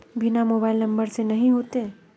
बिना mobile number से नहीं होते?